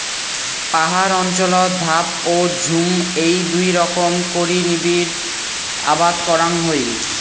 পাহাড় অঞ্চলত ধাপ ও ঝুম এ্যাই দুই রকম করি নিবিড় আবাদ করাং হই